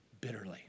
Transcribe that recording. bitterly